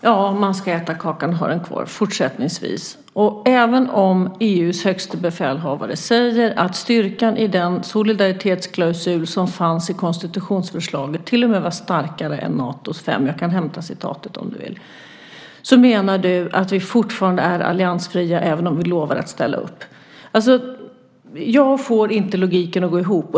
Fru talman! Ja, man ska fortsättningsvis både äta kakan och ha den kvar. Även om EU:s högste befälhavare säger att den solidaritetsklausul som fanns i konstitutionsförslaget till och med är starkare än Natos artikel 5 - jag kan visa dig citatet om du vill - menar du alltså att vi fortfarande är alliansfria även om vi lovar att ställa upp. Jag får inte den logiken att gå ihop.